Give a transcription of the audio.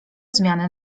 zmiany